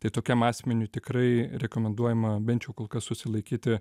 tai tokiam asmeniui tikrai rekomenduojama bent jau kol kas susilaikyti